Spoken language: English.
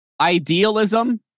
Idealism